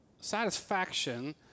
satisfaction